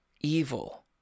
evil